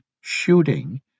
shooting